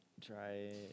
Try